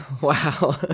Wow